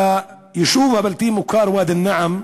ביישוב הבלתי-מוכר ואדי-אלנעם,